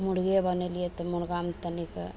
मुर्गे बनेलियै तऽ मुर्गामे तनिक